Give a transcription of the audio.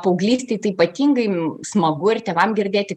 paauglystėj tai ypatingai smagu ir tėvam girdėti